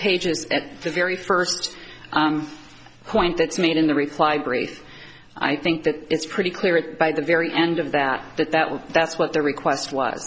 pages at the very first point that's made in the reply brief i think that it's pretty clear it by the very end of that that that was that's what their request w